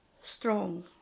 strong